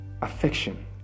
affection